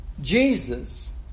Jesus